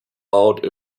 out